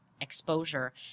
exposure